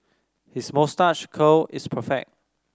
his moustache curl is perfect